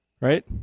right